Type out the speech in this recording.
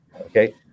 okay